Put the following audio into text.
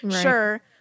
Sure